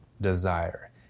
desire